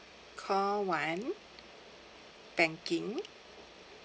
call one banking